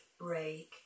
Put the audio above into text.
break